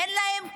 אין להם כלום.